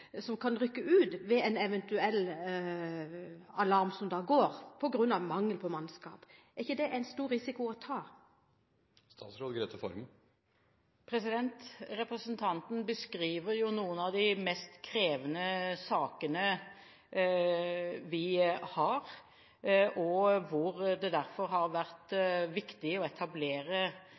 som kan rykke ut ved en eventuell alarm. Er ikke det en stor risiko å ta? Representanten beskriver noen av de mest krevende sakene vi har, og hvor det derfor har vært viktig å etablere